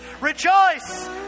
rejoice